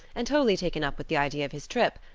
and wholly taken up with the idea of his trip,